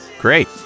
Great